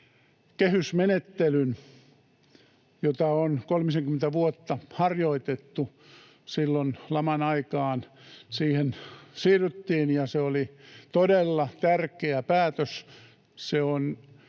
kehysmenettelyn, jota on kolmisenkymmentä vuotta harjoitettu. Silloin laman aikaan siihen siirryttiin, ja se oli todella tärkeä päätös.